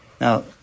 Now